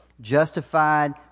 justified